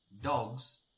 dogs